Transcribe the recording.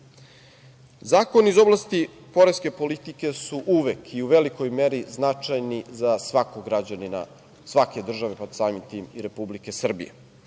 iz oblasti poreske politike su uvek i u velikoj meri značajni za svakog građanina svake države, samim tim i Republike Srbije,